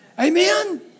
Amen